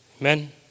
Amen